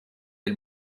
del